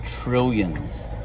trillions